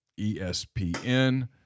ESPN